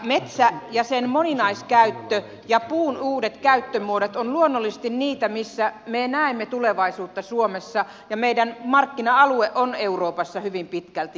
metsä ja sen moninaiskäyttö ja puun uudet käyttömuodot ovat luonnollisesti niitä missä me näemme tulevaisuutta suomessa ja meidän markkina alueemme on euroopassa hyvin pitkälti